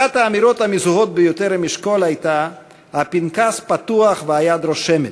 אחת האמירות המזוהות ביותר עם אשכול הייתה "הפנקס פתוח והיד רושמת",